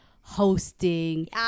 hosting